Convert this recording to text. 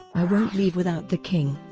i won't leave without the king.